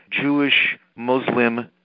Jewish-Muslim